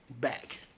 back